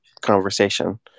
conversation